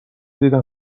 دیدم